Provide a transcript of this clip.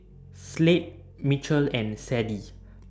Slade Michell and Sadie